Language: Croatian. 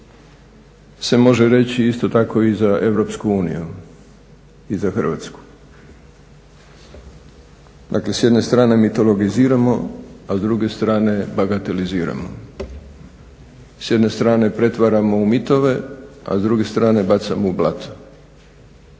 se može se reći isto tako i za EU i za Hrvatsku. dakle s jedne strane mitologiziramo, a s druge strane bagateliziramo. S jedne strane pretvaramo u mitove, a s druge strane bacamo u blato.